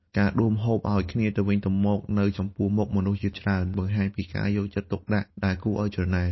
ការដួសម្ហូបឱ្យគ្នាទៅវិញទៅមកនៅចំពោះមុខមនុស្សជាច្រើន បង្ហាញពីការយកចិត្តទុកដាក់ដែលគួរឱ្យច្រណែន។